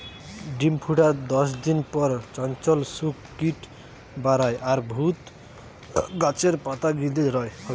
ডিম ফুটার দশদিন পর চঞ্চল শুক কিট বারায় আর তুত গাছের পাতা গিলতে রয়